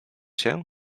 się